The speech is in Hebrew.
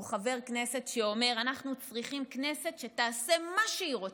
או חבר כנסת שאומר: אנחנו צריכים כנסת שתעשה מה שהיא רוצה.